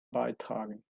beitragen